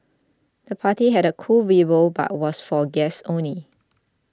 the party had a cool vibe but was for guests only